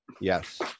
Yes